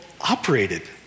operated